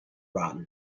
rotten